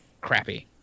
crappy